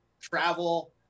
travel